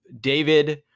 David